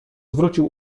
zwrócił